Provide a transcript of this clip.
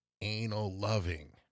anal-loving